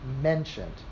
mentioned